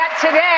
today